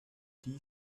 tea